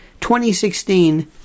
2016